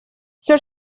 все